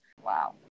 Wow